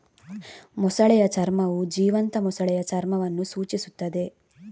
ಮೊಸಳೆಯ ಚರ್ಮವು ಜೀವಂತ ಮೊಸಳೆಯ ಚರ್ಮವನ್ನು ಸೂಚಿಸುತ್ತದೆ